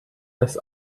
das